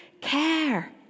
care